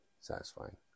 satisfying